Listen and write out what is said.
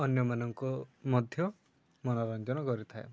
ଅନ୍ୟମାନଙ୍କୁ ମଧ୍ୟ ମନୋରଞ୍ଜନ କରିଥାଏ